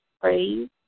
praise